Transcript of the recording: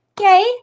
Yay